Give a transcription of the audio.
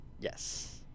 yes